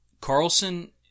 Carlson